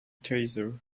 taser